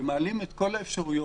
מעלים את כל האפשרויות,